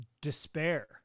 despair